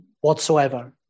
whatsoever